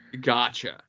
Gotcha